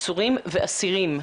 עצורים ואסירים.